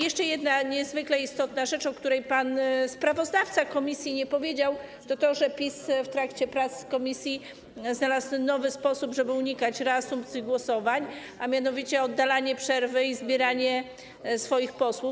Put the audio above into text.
Jeszcze jedna niezwykle istotna rzecz, o której pan sprawozdawca komisji nie powiedział, to to, że PiS w trakcie prac komisji znalazł nowy sposób, żeby unikać reasumpcji głosowań, a mianowicie oddalanie przerwy i zbieranie swoich posłów.